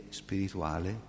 spirituale